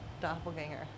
doppelganger